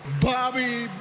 Bobby